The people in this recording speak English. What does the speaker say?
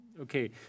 Okay